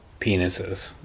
penises